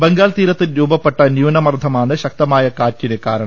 ബംഗാൾതീരത്ത് രൂപപ്പെട്ട ന്യൂന മർദ്ദമാണ് ശക്തമായ കാറ്റിന് ്കാരണം